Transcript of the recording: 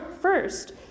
first